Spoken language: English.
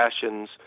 passions